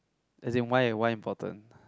as in why eh why important